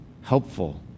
helpful